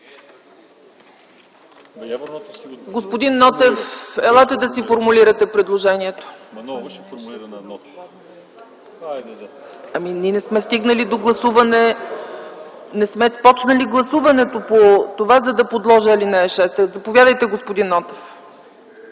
Господин Нотев, елате да формулирате предложението си! Ние не сме стигнали до гласуване, не сме започнали гласуването по това, за да подложа на гласуване ал. 6. Заповядайте, господин Нотев.